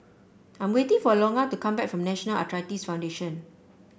I am waiting for Logan to come back from National Arthritis Foundation